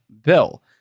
bill